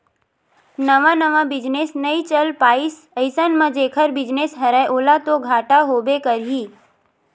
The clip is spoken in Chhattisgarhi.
नवा नवा बिजनेस नइ चल पाइस अइसन म जेखर बिजनेस हरय ओला तो घाटा होबे करही